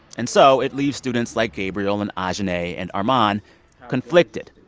and so it leaves students like gabriel and ah ajahnay and armon conflicted.